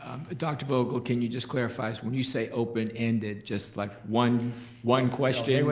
ah dr. vogel, can you just clarify, when you say open ended, just like one one question,